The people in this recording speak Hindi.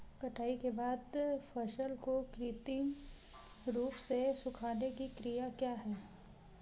कटाई के बाद फसल को कृत्रिम रूप से सुखाने की क्रिया क्या है?